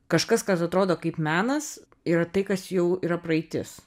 kažkas kas atrodo kaip menas yra tai kas jau yra praeitis